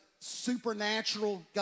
supernatural